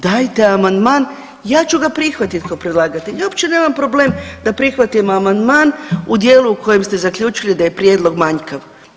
Dajte amandman, ja ću ga prihvatiti kao predlagatelj, uopće nemam problem da prihvatim amandman u dijelu u kojem ste zaključili da je prijedlog manjkav.